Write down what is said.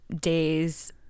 days